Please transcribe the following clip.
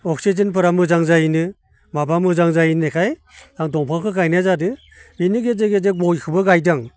अक्सिजेनफोरा मोजां जायोनो माबा मोजां जायो होननायखाय आं दंफांखौ गायनाय जादों बेनि गेजेर गेजेर गयखौबो गायदों आं